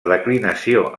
declinació